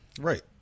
Right